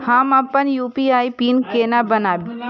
हम अपन UPI pin केना बनैब?